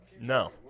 No